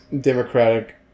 Democratic